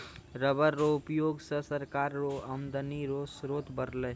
rubber रो उयोग से सरकार रो आमदनी रो स्रोत बरलै